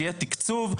שיהיה תקצוב,